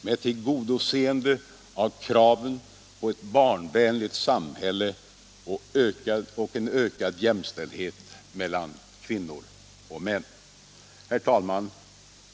med tillgodoseende av kraven på ett barnvänligt samhälle och ökatl jämställdhet mellan kvinnor och män. Herr talman!